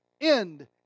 end